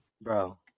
Bro